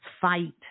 fight